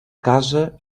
casa